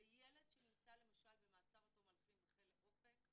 ילד שנמצא למשל במעצר עד תום ההליכים בכלא 'אופק'